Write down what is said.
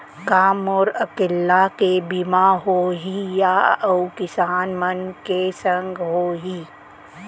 का मोर अकेल्ला के बीमा होही या अऊ किसान मन के संग होही?